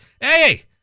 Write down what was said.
Hey